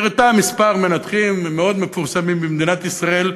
שהראתה כמה מנתחים מאוד מפורסמים במדינת ישראל,